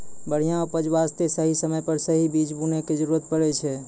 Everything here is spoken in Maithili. बढ़िया उपज वास्तॅ सही समय पर सही बीज बूनै के जरूरत पड़ै छै